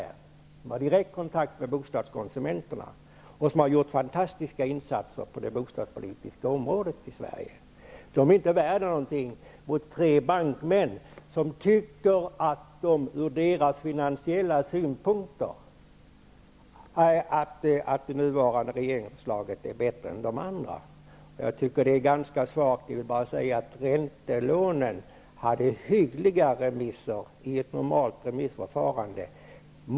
De har direkt kontakt med bostadskonsumenterna, och de har gjort fantastiska insatser på det bostadspolitiska området i Sverige. Deras synpunkter är inte värda någonting mot att tre bankmän tycker att regeringsförslaget ur deras ekonomiska synpunkt är bättre än andra förslag. Jag tycker att detta är ganska svagt. Förslaget om räntelån hade hyggliga remisser i ett normalt remissförfarande.